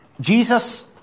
Jesus